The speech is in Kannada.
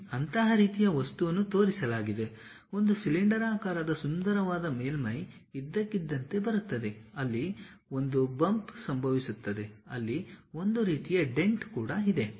ಇಲ್ಲಿ ಅಂತಹ ರೀತಿಯ ವಸ್ತುವನ್ನು ತೋರಿಸಲಾಗಿದೆ ಒಂದು ಸಿಲಿಂಡರಾಕಾರದ ಸುಂದರವಾದ ಮೇಲ್ಮೈ ಇದ್ದಕ್ಕಿದ್ದಂತೆ ಬರುತ್ತದೆ ಅಲ್ಲಿ ಒಂದು ಬಂಪ್ ಸಂಭವಿಸುತ್ತದೆ ಅಲ್ಲಿ ಒಂದು ರೀತಿಯ ಡೆಂಟ್ ಕೂಡ ಇದೆ